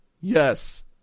yes